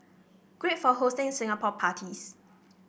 great for hosting Singapore parties